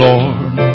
Lord